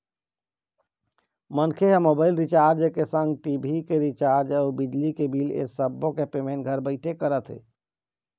मनखे ह mobile recharge के संग टी.भी के रिचार्ज अउ बिजली के बिल ऐ सब्बो के पेमेंट घर बइठे करत हे